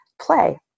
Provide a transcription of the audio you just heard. play